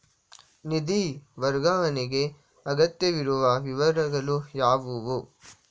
ನಿಧಿ ವರ್ಗಾವಣೆಗೆ ಅಗತ್ಯವಿರುವ ವಿವರಗಳು ಯಾವುವು?